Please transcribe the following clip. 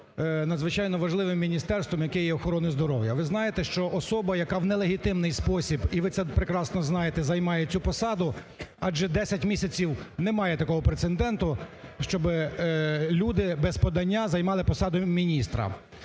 надзвичайно важливого міністерства, яке є охорони здоров'я. Ви знаєте, що особа, яка не в легітимний способі, і ви це прекрасно знаєте, займає цю посаду, адже десять місяців немає такого прецеденту, щоб люди без подання займали посаду міністра.